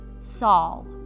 Saul